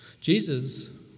Jesus